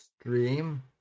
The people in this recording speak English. stream